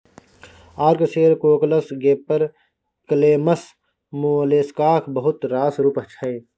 ark shell, cockles, gaper clams मोलेस्काक बहुत रास रुप छै